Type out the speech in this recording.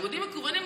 לימודים מקוונים,